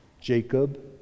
Jacob